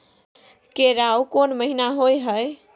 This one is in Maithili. केराव कोन महीना होय हय?